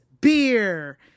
Beer